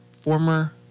former